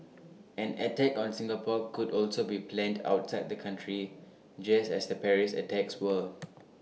an attack on Singapore could also be planned outside the country just as the Paris attacks were